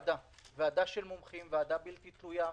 ועדת הכספים, כחלק מהדיונים שנקיים.